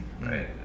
right